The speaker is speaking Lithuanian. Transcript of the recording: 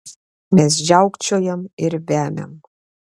mes žiaukčiojam ir vemiam